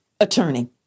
attorney